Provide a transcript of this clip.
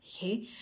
Okay